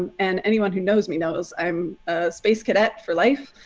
and anyone who knows me knows i'm a space cadet for life.